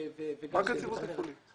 רק יציבות תפעולית.